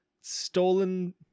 stolen